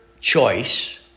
choice